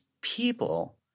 people